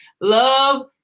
love